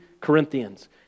Corinthians